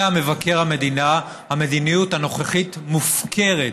המדיניות הנוכחית מופקרת,